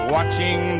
Watching